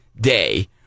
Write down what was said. day